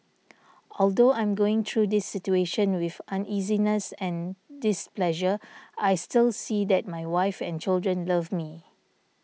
although I'm going through this situation with uneasiness and displeasure I still see that my wife and children love me